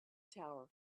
tower